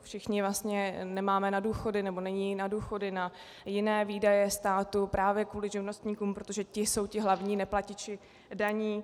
Všichni vlastně nemáme na důchody, nebo není na důchody, na jiné výdaje státu právě kvůli živnostníkům, protože ti jsou ti hlavní neplatiči daní.